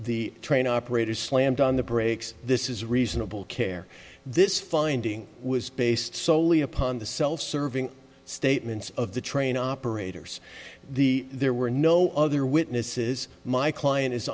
the train operator slammed on the brakes this is reasonable care this finding was based solely upon the self serving statements of the train operators the there were no other witnesses my client is